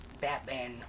Batman